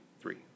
three